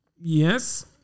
yes